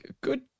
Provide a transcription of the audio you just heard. Good